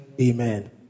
amen